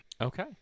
okay